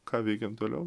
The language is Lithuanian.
ką veikiam toliau